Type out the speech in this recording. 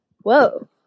Whoa